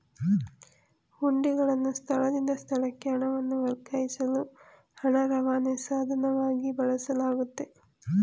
ಹುಂಡಿಗಳನ್ನು ಸ್ಥಳದಿಂದ ಸ್ಥಳಕ್ಕೆ ಹಣವನ್ನು ವರ್ಗಾಯಿಸಲು ಹಣ ರವಾನೆ ಸಾಧನವಾಗಿ ಬಳಸಲಾಗುತ್ತೆ